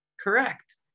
correct